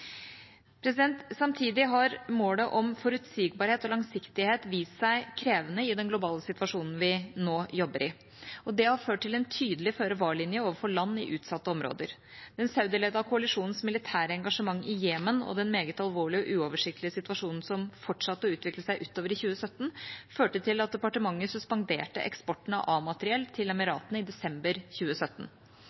Samtidig har målet om forutsigbarhet og langsiktighet vist seg krevende i den globale situasjonen vi nå jobber i, og det har ført til en tydelig føre-var-linje overfor land i utsatte områder. Den saudi-ledede koalisjonens militære engasjement i Jemen og den meget alvorlige og uoversiktlige situasjonen som fortsatte å utvikle seg utover i 2017, førte til at departementet suspenderte eksporten av A-materiell til Emiratene i desember 2017.